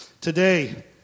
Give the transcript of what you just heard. Today